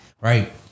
Right